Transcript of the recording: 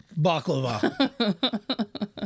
Baklava